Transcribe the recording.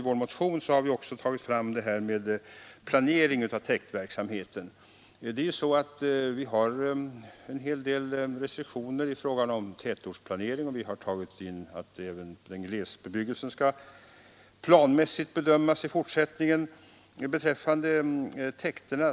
I vår motion och reservation har vi också tagit upp planeringen av täktverksamheten. Vi har en hel del restriktioner i fråga om tätortsplanering, och även glesbebyggelse skall i fortsättningen planmässigt bedömas.